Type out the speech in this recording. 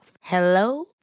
Hello